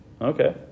Okay